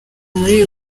muri